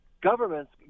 governments